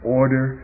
order